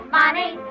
money